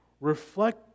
Reflect